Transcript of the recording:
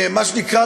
מה שנקרא,